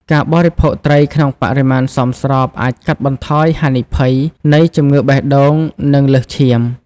ការបរិភោគត្រីក្នុងបរិមាណសមស្របអាចកាត់បន្ថយ ហានិភ័យ នៃជំងឺបេះដូង និងលើសឈាម។